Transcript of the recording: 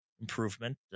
improvement